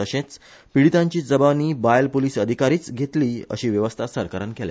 तशेंच पीडीतांची जबानी बायल पुलिस अधिकारीच घेतली अशी व्यवस्था सरकारान केल्या